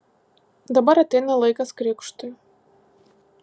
dabar ateina laikas krikštui